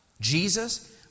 Jesus